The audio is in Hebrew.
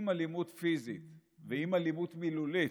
אם אלימות פיזית ואם אלימות מילולית,